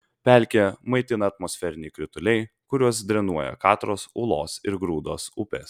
pelkę maitina atmosferiniai krituliai kuriuos drenuoja katros ūlos ir grūdos upės